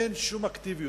אין שום אקטיביות,